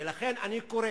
ולכן אני קורא